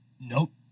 Nope